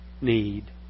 need